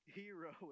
hero